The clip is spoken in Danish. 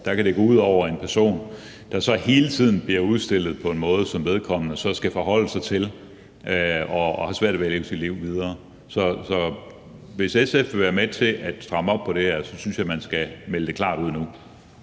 årevis og gå ud over en person, der hele tiden bliver udstillet på en måde, som vedkommende skal forholde sig til, så vedkommende har svært ved at leve sit liv videre. Så hvis SF vil være med til at stramme op på det her, synes jeg, at man skal melde det klart ud nu.